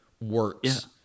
works